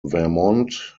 vermont